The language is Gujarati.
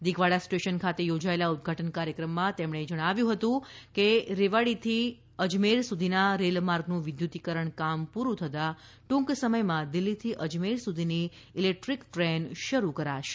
દિગવાડા સ્ટેશન ખાતે યોજાયેલા ઉદઘાટન કાર્યક્રમમાં તેમણે જણાવ્યું હતું કે રેવાડીથી અજમેર સુધીના રેલ માર્ગનું વિદ્યુતીકરણનું કામ પુરુ થતાં ટુંક સમયમાં દિલ્ફીથી અજમેર સુધીની ઈલેક્ટ્રીક ટ્રેન શરૂ કરાશે